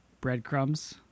breadcrumbs